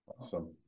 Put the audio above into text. Awesome